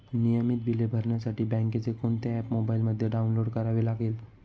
नियमित बिले भरण्यासाठी बँकेचे कोणते ऍप मोबाइलमध्ये डाऊनलोड करावे लागेल?